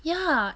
ya